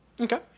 Okay